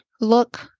look